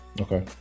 Okay